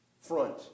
front